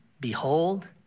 behold